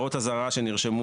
אזהרה שנרשמו